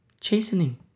Chastening